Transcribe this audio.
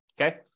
Okay